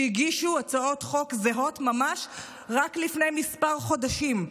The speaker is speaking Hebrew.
שהגישו הצעות חוק זהות ממש רק לפני כמה חודשים.